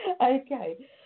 Okay